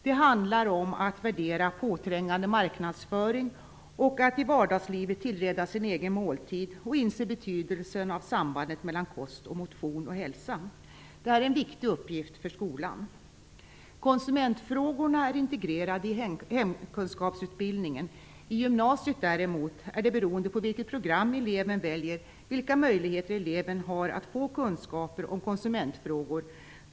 Det handlar om att värdera påträngande marknadsföring, att i vardagslivet tillreda sin egen måltid och inse betydelsen av sambandet mellan kost, motion och hälsa. Detta är en viktig uppgift för skolan. Konsumentfrågorna är integrerade i hemkunskapsutbildningen. I gymnasiet däremot är det beroende av vilket program eleven väljer vilka möjligheter eleven har att få kunskaper om konsumentfrågor.